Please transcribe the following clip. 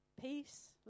peace